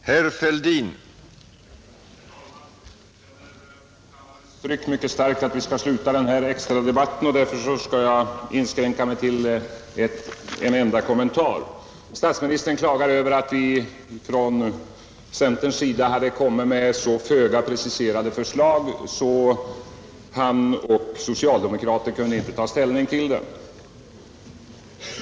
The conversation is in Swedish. Herr talman! Jag känner mycket starkt kammarens tryck att vi skall sluta denna debatt, Därför skall jag inskränka mig till en enda kommentar. Statsministern klagade över att vi från centerns sida har ställt så föga preciserade förslag att han och socialdemokraterna inte kunde ta ställning till dem.